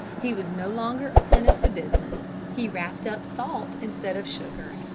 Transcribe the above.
he was no longer attentive to business. he wrapped up salt instead of sugar.